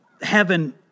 heaven